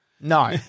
No